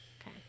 Okay